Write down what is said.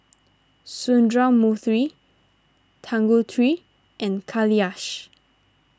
Sundramoorthy Tanguturi and Kailash